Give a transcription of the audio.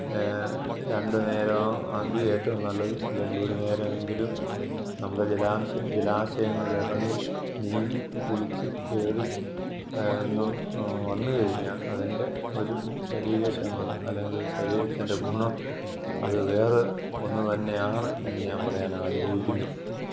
രണ്ട് നേരവും എങ്കില് ഏറ്റവും നല്ലത് അല്ലെങ്കില് ഒരു നേരമെങ്കിലും നമ്മുട ജലാംശം ജലാശയങ്ങളിലിറങ്ങി നീന്തി കുളിച്ച് കയറി ന്ന് വന്നുകഴിഞ്ഞാല് അതിൻ്റെ ഒരു ശരീര ക്ഷമത അല്ലെങ്കിലൊരു ശരീരത്തിൻ്റെ ഗുണം അത് വേറെ ഒന്നു തന്നെയാണ് എന്ന് ഞാൻ പറയാനാഗ്രഹിക്കുന്നു